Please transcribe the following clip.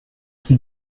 sie